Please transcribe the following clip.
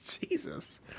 Jesus